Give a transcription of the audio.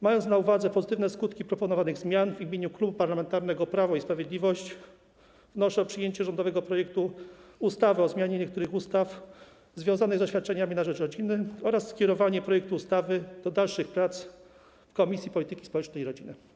Mając na uwadze pozytywne skutki proponowanych zmian, w imieniu Klubu Parlamentarnego Prawo i Sprawiedliwość wnoszę o przyjęcie rządowego projektu ustawy o zmianie niektórych ustaw związanych ze świadczeniami na rzecz rodziny oraz skierowanie projektu ustawy do dalszych prac w Komisji Polityki Społecznej i Rodziny.